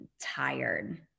tired